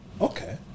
Okay